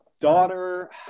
daughter